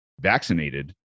vaccinated